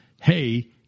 hey